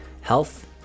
health